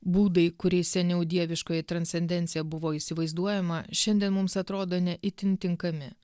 būdai kuriais seniau dieviškoji transcendencija buvo įsivaizduojama šiandien mums atrodo ne itin tinkami